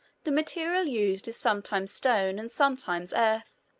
the material used is sometimes stone and sometimes earth.